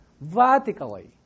vertically